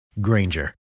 Granger